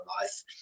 life